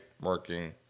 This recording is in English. working